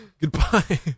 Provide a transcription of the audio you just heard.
Goodbye